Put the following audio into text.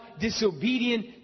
disobedient